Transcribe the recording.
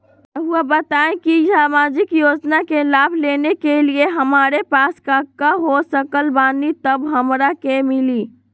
रहुआ बताएं कि सामाजिक योजना के लाभ लेने के लिए हमारे पास काका हो सकल बानी तब हमरा के मिली?